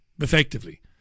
effectively